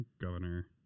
governor